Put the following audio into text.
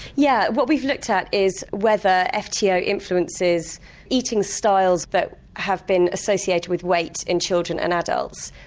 yeah what we looked at is whether fto influences eating styles that have been associated with weight in children and adults.